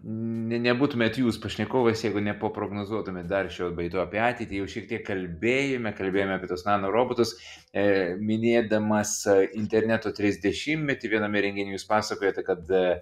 ne nebūtumėt jūs pašnekovas jeigu nepoprognozuotumėt dar šio bei to apie ateitį jau šiek tiek kalbėjome kalbėjome apie tuos nanorobotus e minėdamas interneto trisdešimtmetį viename renginių jūs pasakojote kad a